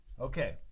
Okay